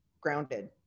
grounded